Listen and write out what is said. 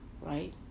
Right